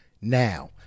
now